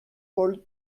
paul